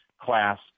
class